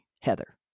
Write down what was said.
Heather